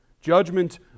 judgment